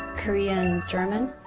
korean and german.